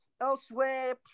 Elsewhere